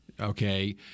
okay